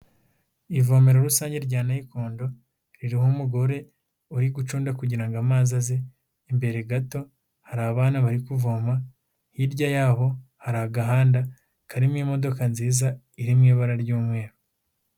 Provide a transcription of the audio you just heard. Ivomero rusange rya nayikondo, ririho umugore uri gucunda kugira ngo amazi aze, imbere gato hari abana bari kuvoma, hirya yabo hari agahanda karimo imodoka nziza iri mu ibara ry'umweru.